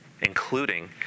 including